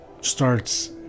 starts